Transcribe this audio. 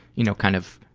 you know, kind of